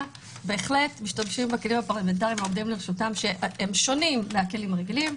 משתמשים בכלים הפרלמנטריים שעומדים לרשותם ששונים מהכלים הרגילים,